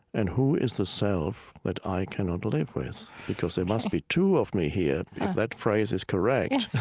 and who is the self but i cannot live with? because there must be two of me here if that phrase is correct.